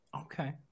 Okay